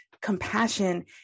compassion